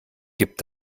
gib